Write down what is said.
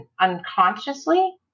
unconsciously